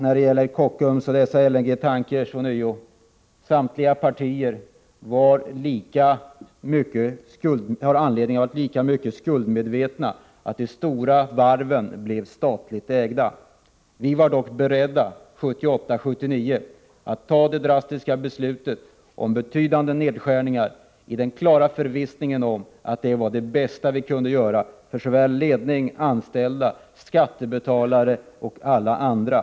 När det gäller Kockums och dess LNG-tankers vill jag bara säga att samtliga partier har lika stor skuld i att de stora varven blev statligt ägda. Vi var dock 1978/79 beredda att fatta det drastiska beslutet om betydande nedskärningar — detta i den klara förvissningen om att det var det bästa vi kunde göra för ledning, anställda, skattebetalare och alla andra.